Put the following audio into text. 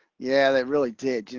yeah, they really did, you